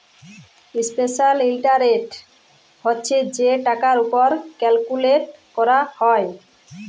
simple interest হছে যে টাকার উপর ক্যালকুলেট ক্যরা হ্যয়